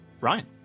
Ryan